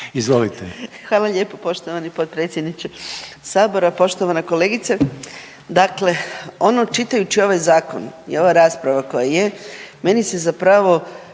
Anka (GLAS)** Poštovani potpredsjedniče Sabora, poštovana kolegice. Dakle, čitajući ovaj zakon i ova rasprava koja je meni se zapravo